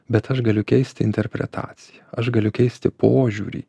bet aš galiu keisti interpretaciją aš galiu keisti požiūrį